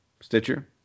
Stitcher